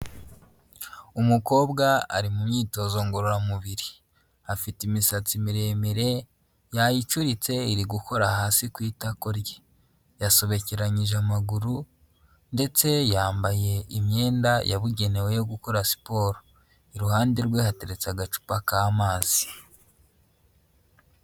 Umukobwa ari mu myitozo ngororamubiri, afite imisatsi miremire yayicuritse iri gukora hasi ku itako rye, yasobekeranyije amaguru ndetse yambaye imyenda yabugenewe yo gukora siporo, iruhande rwe hateretse agacupa k'amazi.